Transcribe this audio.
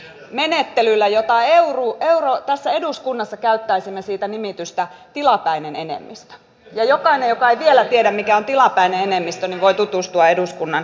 se on syntynyt menettelyllä josta tässä eduskunnassa käyttäisimme nimitystä tilapäinen enemmistö ja jokainen joka ei vielä tiedä mikä on tilapäinen enemmistö voi tutustua eduskunnan käytäntöihin